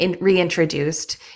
reintroduced